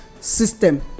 system